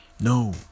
No